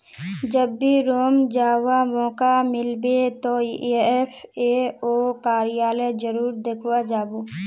जब भी रोम जावा मौका मिलबे तो एफ ए ओ कार्यालय जरूर देखवा जा बो